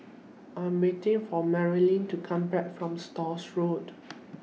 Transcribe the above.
I Am waiting For Maryanne to Come Back from Stores Road